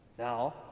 Now